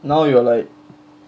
now you are like